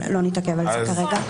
אבל לא נתעכב על זה כרגע.